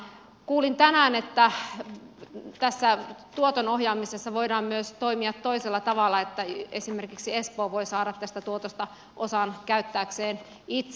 kuulin tänään että tässä tuoton ohjaamisessa voidaan myös toimia toisella tavalla että esimerkiksi espoo voi saada tästä tuotosta osan käyttääkseen itse